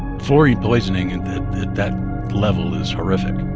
fluorine poisoning at that level is horrific.